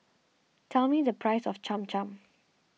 tell me the price of Cham Cham